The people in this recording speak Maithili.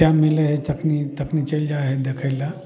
टाएम मिलै हइ तखन तखन चलि जाइ हइ देखैले